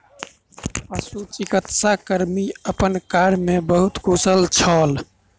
पशुचिकित्सा कर्मी अपन कार्य में बहुत कुशल छल